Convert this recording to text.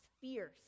fierce